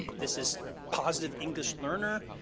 this is positive english learner.